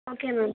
okay ma'am